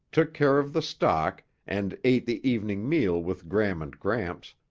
took care of the stock and ate the evening meal with gram and gramps,